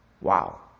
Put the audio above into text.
Wow